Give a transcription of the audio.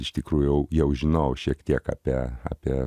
iš tikrųjų jau jau žinojau šiek tiek apie apie